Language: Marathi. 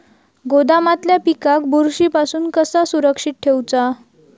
गोदामातल्या पिकाक बुरशी पासून कसा सुरक्षित ठेऊचा?